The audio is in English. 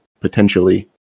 potentially